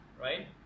right